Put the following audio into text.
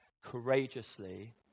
courageously